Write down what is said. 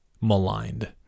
maligned